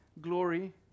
glory